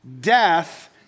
death